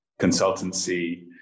consultancy